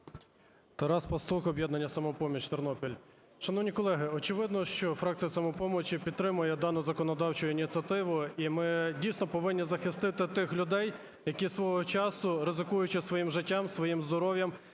Тарас Пастух, "Об'єднання "Самопоміч", Тернопіль. Шановні колеги, очевидно, що фракція "Самопомочі" підтримує дану законодавчу ініціативу, і ми дійсно повинні захистити тих людей, які свого часу, ризикуючи своїм життям, своїм здоров'ям,